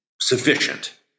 sufficient